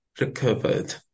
recovered